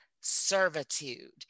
servitude